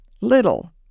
little